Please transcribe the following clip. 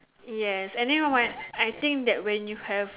yes and then you know what I think that when you have